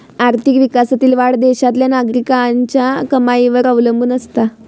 आर्थिक विकासातील वाढ देशातल्या नागरिकांच्या कमाईवर अवलंबून असता